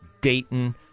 Dayton